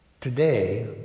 Today